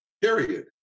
period